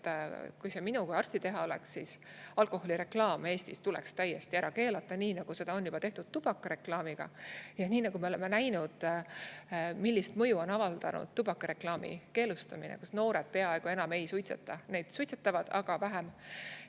kui see minu kui arsti teha oleks, siis alkoholireklaam Eestis tuleks täiesti ära keelata, nii nagu seda on juba tehtud tubakareklaamiga. Me oleme näinud, millist mõju on avaldanud tubakareklaami keelustamine: noored peaaegu enam ei suitseta. Nad suitsetavad, aga vähem,